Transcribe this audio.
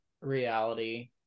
reality